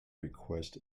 request